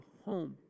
home